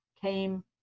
came